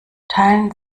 teilen